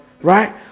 Right